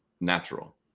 natural